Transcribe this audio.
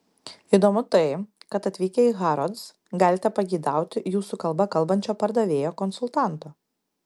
įdomu tai kad atvykę į harrods galite pageidauti jūsų kalba kalbančio pardavėjo konsultanto